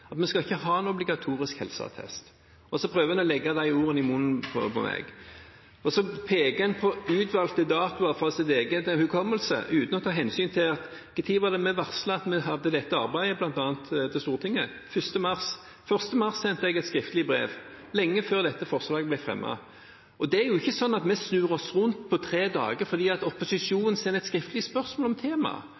skal ha en obligatorisk helseattest. En prøver å legge ordene i munnen på meg, og så peker en på utvalgte datoer fra sin egen hukommelse, uten å ta hensyn til når vi varslet bl.a. Stortinget om at vi hadde dette arbeidet. Det var 1. mars. Den 1. mars sendte jeg et skriftlig svar – lenge før dette forslaget ble fremmet. Det er ikke sånn at vi snur oss rundt på tre dager fordi opposisjonen sender et skriftlig spørsmål om temaet.